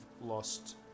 lost